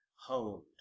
honed